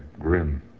grim